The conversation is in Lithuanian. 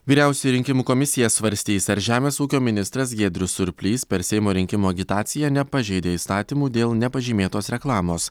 vyriausioji rinkimų komisija svarstys ar žemės ūkio ministras giedrius surplys per seimo rinkimų agitaciją nepažeidė įstatymų dėl nepažymėtos reklamos